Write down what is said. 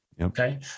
Okay